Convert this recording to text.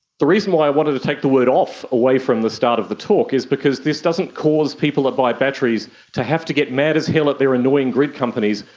the reason why i wanted to take the word off away from the start of the talk is because this doesn't cause people that buy batteries to have to get mad as hell at their annoying grid companies,